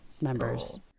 members